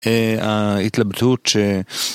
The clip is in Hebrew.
ההתלבטות ש..